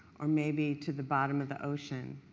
or maybe to the bottom of the ocean,